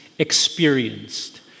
Experienced